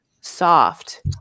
soft